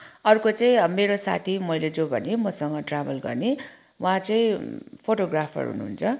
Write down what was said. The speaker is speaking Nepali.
अर्को चाहिँ मेरो साथी मैले जो भने मसँग ट्राभल गर्ने उहाँ चाहिँ फोटोग्राफर हुनुहुन्छ